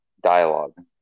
dialogue